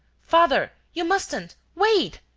father. you mustn't. wait!